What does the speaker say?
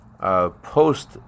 post